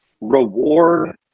reward